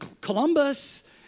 Columbus